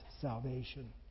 salvation